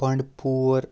Bandipora